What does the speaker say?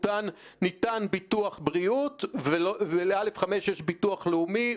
ניתן ביטוח בריאות ול-א/5 יש גם ביטוח לאומי.